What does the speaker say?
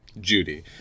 Judy